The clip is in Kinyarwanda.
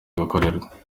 gukorerwa